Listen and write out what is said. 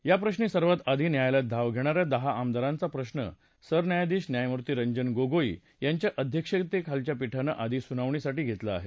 याप्रश्री सर्वात आधी न्यायालयात धाव घेणा या दहा आमदारांचा प्रश्न सरन्यायाधीश न्यायमूर्ती रंजन गोगोई यांच्या अध्यक्षतेखालच्या पीठानं आधी सुनावणीसाठी घेतलं आहे